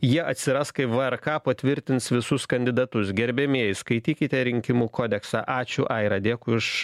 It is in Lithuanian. jie atsiras kai vrk patvirtins visus kandidatus gerbiamieji skaitykite rinkimų kodeksą ačiū aira dėkui už